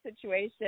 situation